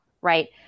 right